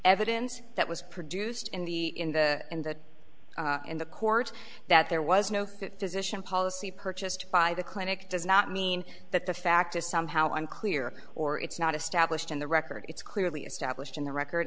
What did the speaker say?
evidence that was produced in the in the in the in the court that there was no physicians policy purchased by the clinic does not mean that the fact is somehow unclear or it's not established in the record it's clearly established in the record